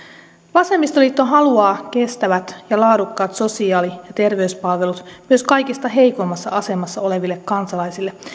vasemmistoliitto haluaa kestävät ja laadukkaat sosiaali ja terveyspalvelut myös kaikista heikoimmassa asemassa oleville kansalaisille